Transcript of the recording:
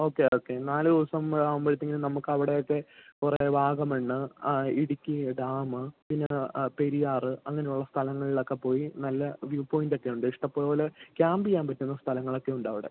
okay okay നാല് ദിവസം ആവുമ്പോഴത്തെക്കിലും നമ്മുക്കവിടെ ഒക്കെ കുറേ വാഗമണ്ണ് ആ ഇടുക്കി ഡാം പിന്നെ പെരിയാർ അങ്ങനെയുള്ള സ്ഥലങ്ങളിലൊക്കെ പോയി നല്ല വ്യൂ പൊയിന്റൊക്കെ ഉണ്ട് ഇഷ്ടം പോലെ ക്യാമ്പ് ചെയ്യാൻ പറ്റുന്ന സ്ഥലങ്ങളൊക്കെ ഉണ്ടവിടെ